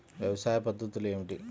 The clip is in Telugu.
వ్యవసాయ పద్ధతులు ఏమిటి?